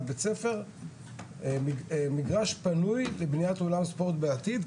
בית-ספר מגרש פנוי לבניית אולם ספורט בעתיד,